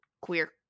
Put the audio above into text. queer